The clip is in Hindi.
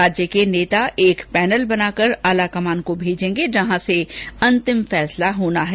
राज्य के नेता एक पैनल बनाकर आलाकमान को भेजेंगे जहां से अंतिम फैसला होना है